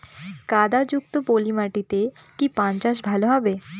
কাদা যুক্ত পলি মাটিতে কি পান চাষ ভালো হবে?